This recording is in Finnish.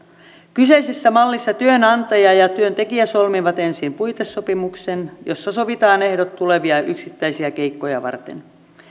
kyseisessä mallissa työnantaja ja työntekijä solmivat ensin puitesopimuksen jossa sovitaan ehdot tulevia yksittäisiä keikkoja varten